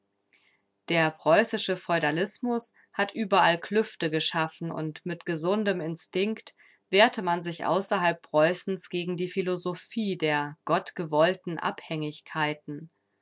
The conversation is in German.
der preußische feudalismus hat überall klüfte geschaffen und mit gesundem instinkt wehrte man sich außerhalb preußens gegen die philosophie der gottgewollten abhängigkeiten